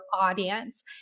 audience